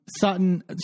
Sutton –